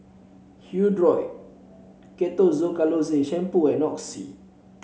Hirudoid Ketoconazole Shampoo and Oxy